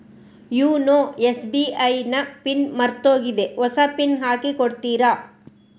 YONO SBI ನ pin ಮರ್ತೋಗಿದೆ ಹೊಸ ಪಿನ್ ಹಾಕಿ ಕೊಡ್ತೀರಾ?